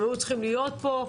הם היו צריכים להיות פה,